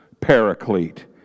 paraclete